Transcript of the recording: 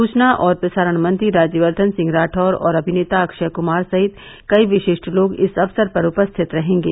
सूचना और प्रसारण मंत्री राज्यवर्धन सिंह राठौर और अभिनेता अक्षय कुमार सहित कई विशिष्ट लोग इस अवसर पर उपस्थित रहेंगे